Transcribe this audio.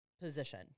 position